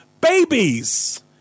babies